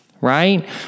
right